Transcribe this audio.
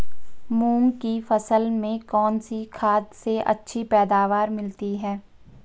मूंग की फसल में कौनसी खाद से अच्छी पैदावार मिलती है?